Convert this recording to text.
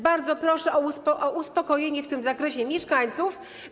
Bardzo proszę o uspokojenie w tym zakresie mieszkańców.